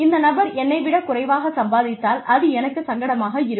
இந்த நபர் என்னை விடக் குறைவாக சம்பாதித்தால் அது எனக்கு சங்கடமாக இருக்கும்